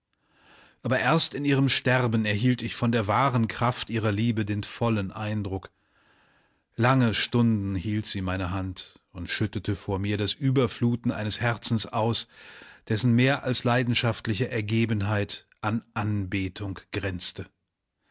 aber erst in ihrem sterben erhielt ich von der wahren kraft ihrer liebe den vollen eindruck lange stunden hielt sie meine hand und schüttete vor mir das überfluten eines herzens aus dessen mehr als leidenschaftliche ergebenheit an anbetung grenzte